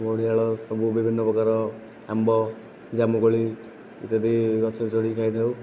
ବଢ଼ିଆଳ ସବୁ ବିଭିନ୍ନ ପ୍ରକାରର ଆମ୍ବ ଜାମୁକୋଳି ଇତ୍ୟାଦି ଗଛରେ ଚଢ଼ିକି ଖାଇଥାଉ